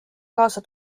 kaasa